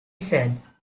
said